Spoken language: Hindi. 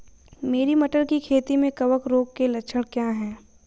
मेरी मटर की खेती में कवक रोग के लक्षण क्या हैं?